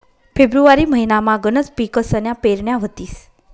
February महिनामा गनच पिकसन्या पेरण्या व्हतीस